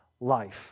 life